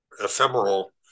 ephemeral